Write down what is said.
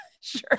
Sure